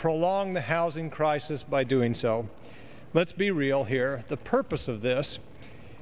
prolong the housing crisis by doing so let's be real here the purpose of this